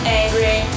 angry